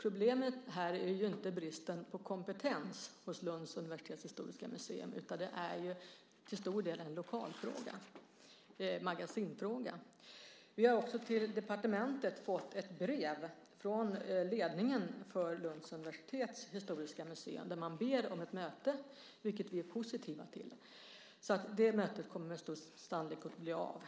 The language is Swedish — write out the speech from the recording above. Problemet är inte bristen på kompetens hos Lunds universitets historiska museum utan det är ju till stor del en lokalfråga, en magasinsfråga. På departementet har vi fått ett brev från ledningen för Lunds universitets historiska museum där man ber om ett möte, vilket vi är positiva till. Det mötet kommer med stor sannolikhet att bli av.